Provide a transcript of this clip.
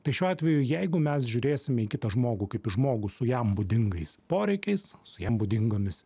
tai šiuo atveju jeigu mes žiūrėsim į kitą žmogų kaip žmogų su jam būdingais poreikiais su jam būdingomis